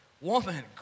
woman